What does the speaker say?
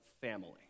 family